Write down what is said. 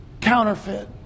counterfeit